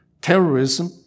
terrorism